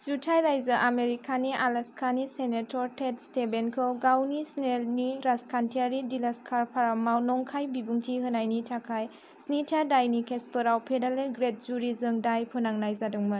जुथाइ रायजो आमेरिकानि आलास्कानि सेनेथर थेट स्थेबेनखौ गावनि स्नेटनि राजखान्थियारि दिलासखाफा मावनंखाइ बिबुंथि होनायनि थाखाय स्निथा दाइनि खेसफोराव फेदारेल ग्रेदजुरिजों दाइ फोनांनाय जादोंमोन